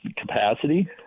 capacity